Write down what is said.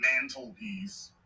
mantelpiece